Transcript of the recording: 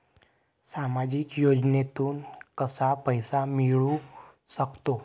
सामाजिक योजनेतून कसा पैसा मिळू सकतो?